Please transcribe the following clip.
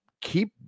keep